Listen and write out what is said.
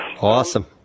awesome